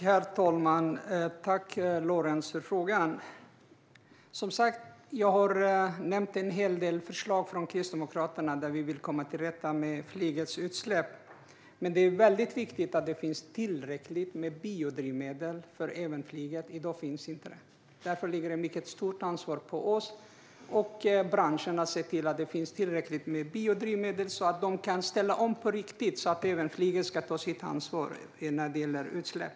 Herr talman! Tack, Lorentz, för frågan! Jag har nämnt en hel del förslag från Kristdemokraterna om hur vi vill komma till rätta med flygets utsläpp. Det är väldigt viktigt att det finns tillräckligt med biodrivmedel även för flyget. I dag finns det inte det, och därför ligger det ett mycket stort ansvar på oss och på branschen att se till att det finns tillräckligt med biodrivmedel så att de kan ställa om på riktigt och så att flyget kan ta sitt ansvar när det gäller utsläpp.